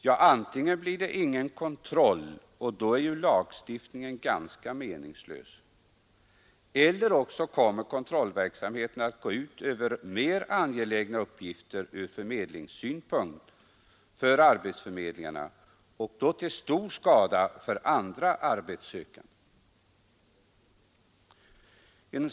Ja, antingen blir det ingen kontroll, och då är ju lagstiftningen ganska meningslös, eller också kommer kontrollverksamheten att gå ut över för arbetsförmedlingarna mer angelägna uppgifter ur förmedlingssynpunkt och detta till stor skada för andra arbetssökande.